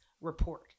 report